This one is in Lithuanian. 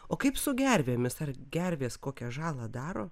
o kaip su gervėmis ar gervės kokią žalą daro